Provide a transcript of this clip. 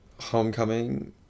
Homecoming